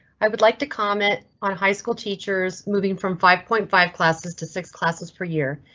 i would like to comment on high school teachers moving from five point five classes to six classes per year.